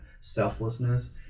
selflessness